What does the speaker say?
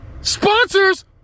sponsors